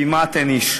כמעט אין איש.